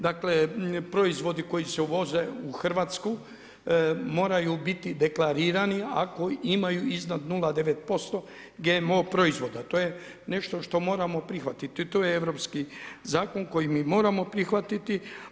Dakle proizvodi koji se uvoze u Hrvatsku moraju biti deklarirani ako imaju iznad 0,9% GMO proizvoda, to je nešto što moramo prihvatiti, to je europski zakon koji mi moramo prihvatiti.